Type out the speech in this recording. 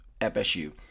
FSU